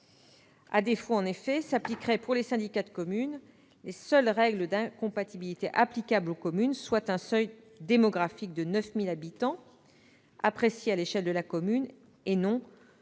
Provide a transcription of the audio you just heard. À défaut, en effet, s'appliqueraient pour les syndicats de communes les seules règles d'incompatibilité applicables aux communes, soit un seuil démographique de 9 000 habitants apprécié à l'échelle de la commune, et non,